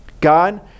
God